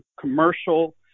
commercial